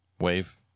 Wave